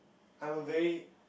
I'm a very